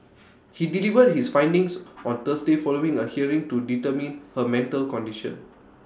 he delivered his findings on Thursday following A hearing to determine her mental condition